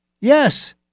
Yes